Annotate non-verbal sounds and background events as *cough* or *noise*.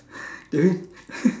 that mean *laughs*